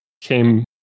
came